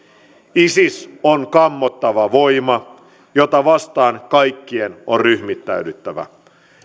isis on kammottava voima jota vastaan kaikkien on ryhmittäydyttävä